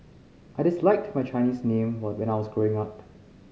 I disliked my Chinese name were when I was growing up